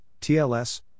TLS